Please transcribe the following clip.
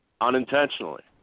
unintentionally